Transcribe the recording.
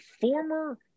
former